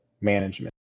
management